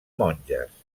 monges